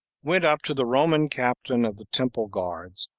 went up to the roman captain of the temple guards,